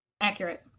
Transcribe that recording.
Accurate